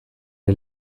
est